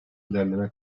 ilerleme